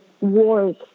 wars